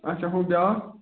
اَچھا ہُہ بیٛاکھ